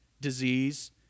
disease